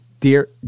Dear